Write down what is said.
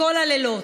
מכל הלילות.